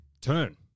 turn